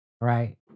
right